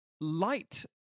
light